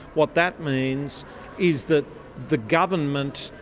what that means is that the government,